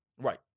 Right